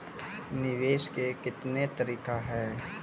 निवेश के कितने तरीका हैं?